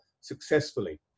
successfully